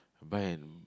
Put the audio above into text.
buy an